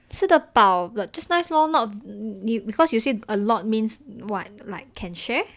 吃得饱 but just nice lor not because you say a lot means what like can share